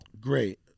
Great